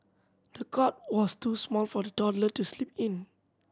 the cot was too small for the toddler to sleep in